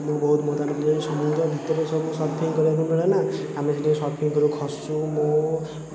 ମୁଁ ବହୁତ ସମୁଦ୍ର ଭିତରେ ସବୁ ସର୍ଫିଂ କରିବାକୁ ମିଳେ ନା ଆମେ ସେଇଠି ସର୍ଫିଂ କରୁ ଖସୁ ମୁଁ